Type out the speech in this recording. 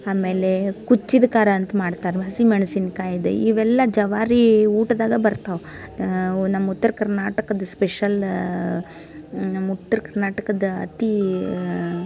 ಆಮೇಲೆ ಕುಚ್ಚಿದ ಖಾರ ಅಂತ ಮಾಡ್ತಾರ್ ಹಸಿಮೆಣ್ಸಿನ್ಕಾಯಿದು ಇವೆಲ್ಲ ಜವಾರಿ ಊಟ್ದಾಗ ಬರ್ತಾವೆ ಉ ನಮ್ಮ ಉತ್ತರ ಕರ್ನಾಟಕದ ಸ್ಪೆಷಲ್ಲಾ ನಮ್ಮ ಉತ್ತರ ಕರ್ನಾಟಕದ ಅತೀ